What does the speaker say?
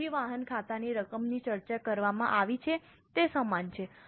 ચોખ્ખી વહન ખાતાની રકમની ચર્ચા કરવામાં આવી છે તે સમાન છે